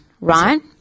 right